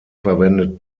verwendet